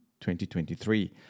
2023